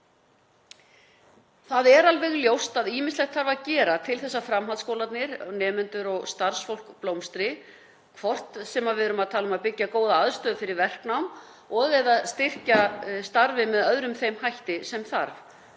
Það er alveg ljóst að ýmislegt þarf að gera til þess að framhaldsskólarnir, nemendur og starfsfólk blómstri, hvort sem við erum að tala um að byggja upp góða aðstöðu fyrir verknám og/eða styrkja starfið með öðrum þeim hætti sem þarf.